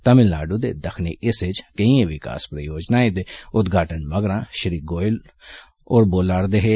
तमिलनाडू दे दक्खनी हिस्सें च केइएं विकास परियोजनाएं दे उदघाटन मगरा श्री गोयल बोलारदे हे